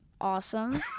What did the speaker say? awesome